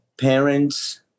parents